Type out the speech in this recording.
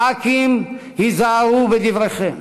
ח"כים, היזהרו בדבריכם.